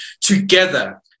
together